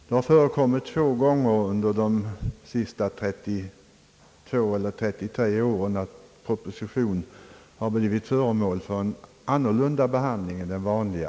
Det har förekommit två gånger under de senaste 33 åren att en proposition blivit föremål för en behandling av annat slag än det vanliga.